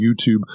YouTube